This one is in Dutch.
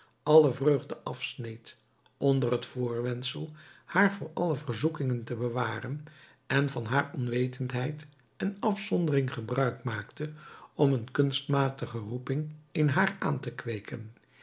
alle vreugde afsneed onder het voorwendsel haar voor alle verzoekingen te bewaren en van haar onwetendheid en afzondering gebruik maakte om een kunstmatige roeping in haar aan te kweeken hierdoor